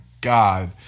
God